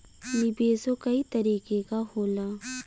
निवेशो कई तरीके क होला